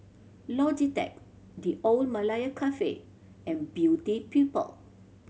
Logitech The Old Malaya Cafe and Beauty People